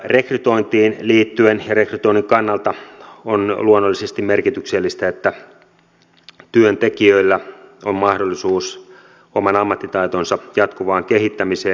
rekrytointiin liittyen ja rekrytoinnin kannalta on luonnollisesti merkityksellistä että työntekijöillä on mahdollisuus oman ammattitaitonsa jatkuvaan kehittämiseen